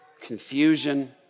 confusion